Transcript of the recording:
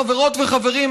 חברות וחברים,